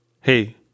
hey